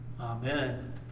Amen